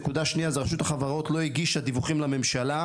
הנקודה השנייה זה רשות החברות לא הגישה דיווחים לממשלה,